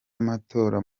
amatora